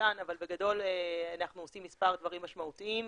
בגדול אנחנו עושים מספר דברים משמעותיים,